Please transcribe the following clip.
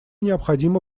необходимо